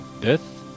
death